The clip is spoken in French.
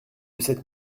cette